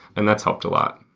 and that's helped a lot.